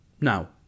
Now